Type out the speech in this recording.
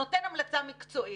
שנותן המלצה מקצועית,